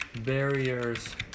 barriers